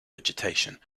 vegetation